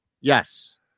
Yes